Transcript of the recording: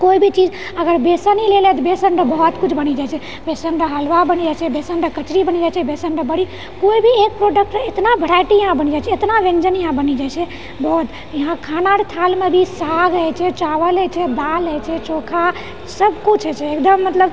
कोइ भी चीज अगर बेसन ही ले बेसनरऽ बहुत कुछ बनि जाइ छै बेसनरऽ हलवा बनि जाइ छै बेसन ऽ कचड़ी बनि जाइ छै बेसनरऽ बड़ी कोइ भी एक प्रोडक्ट एतना भेराइटी यहाँ बनि जाइत छै एतना ब्यञ्जन यहाँ बनि जाइत छै बहुत यहाँ खानारऽ थालमे भी साग होइ छै चावल होइ छै दाल होइ छै चोखा सभकुछ होइ छै एकदम मतलब